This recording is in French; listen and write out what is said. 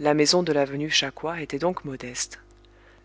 la maison de l'avenue cha coua était donc modeste